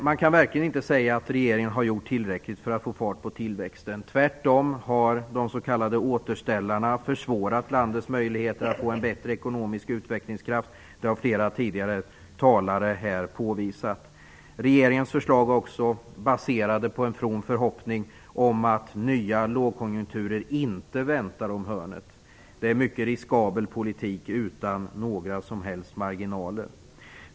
Man kan verkligen inte säga att regeringen gjort tillräckligt för att få fart på tillväxten. Tvärtom har de s.k. återställarna försämrat landets möjligheter att få en bättre ekonomisk utvecklingskraft. Detta har flera tidigare talare påvisat. Regeringens förslag baserar sig också på en from förhoppning om att nya lågkonjunkturer inte väntar om hörnet. Det är en mycket riskabel politik, utan några som helst marginaler.